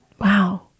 Wow